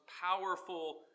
powerful